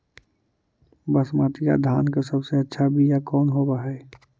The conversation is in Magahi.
बसमतिया धान के सबसे अच्छा बीया कौन हौब हैं?